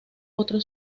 otro